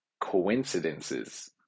coincidences